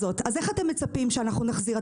אז איך אתם מצפים שאנחנו נחזיר?